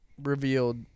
Revealed